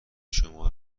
شما